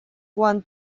quan